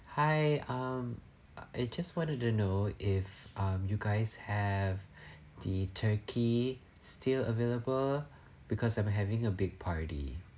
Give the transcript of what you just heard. hi um I just wanted to know if um you guys have the turkey still available because I'm having a big party